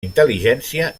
intel·ligència